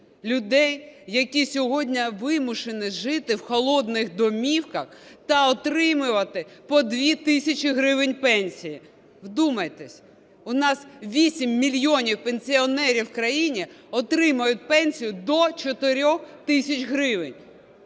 людей, які сьогодні вимушені жити в холодних домівках та отримувати по 2 тисячі гривень пенсії. Вдумайтесь, у нас 8 мільйонів пенсіонерів в країні отримують пенсію до 4 тисяч гривень.